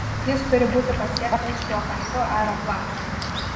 jis turi būti pasiektas šiuo kartu aeroplanu